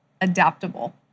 adaptable